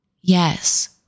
Yes